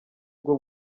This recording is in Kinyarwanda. bwo